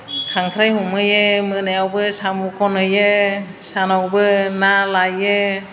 खांख्राइ हमहैयो मोनायावबो साम' खनहैयो सानावबो ना लायो